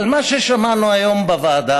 אבל מה ששמענו היום בוועדה,